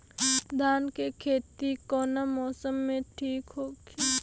धान के खेती कौना मौसम में ठीक होकी?